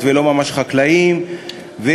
התשע"ד 2014, נתקבל.